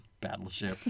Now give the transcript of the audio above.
Battleship